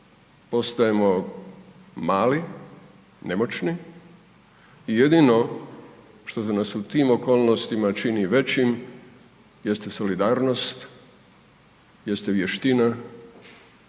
postajemo mali, nemoćni i jedino što nas u tim okolnostima čini većim jeste solidarnost, jeste vještina